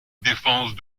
défense